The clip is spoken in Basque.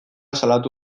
salatu